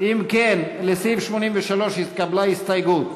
אם כן, לסעיף 83 התקבלה הסתייגות.